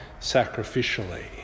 sacrificially